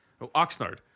Oxnard